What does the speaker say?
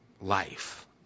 life